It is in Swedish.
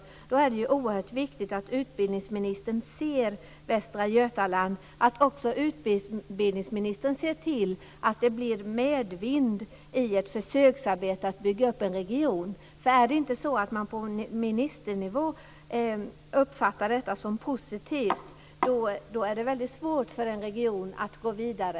Därför är det oerhört viktigt att utbildningsministern ser till att det blir medvind i ett försöksarbete med att bygga upp en region. Om man inte på ministernivå uppfattar detta som positivt, då är det väldigt svårt för en region att gå vidare.